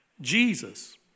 Jesus